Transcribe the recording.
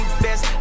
best